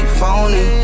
phony